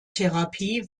therapie